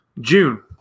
June